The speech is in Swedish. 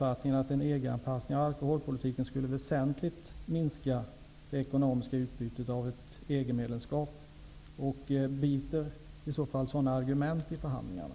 anpassning av alkoholpolitiken skulle väsentligt minska det ekonomiska utbytet av ett EG medlemskap, och biter i så fall sådana argument i förhandlingarna?